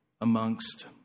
amongst